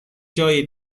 جای